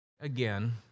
Again